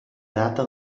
data